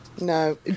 no